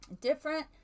Different